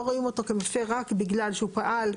לא רואים אותו כמפר רק בגלל שהוא פעל,